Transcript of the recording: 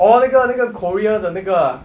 orh 那个那个 korea 的那个 ah